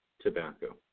tobacco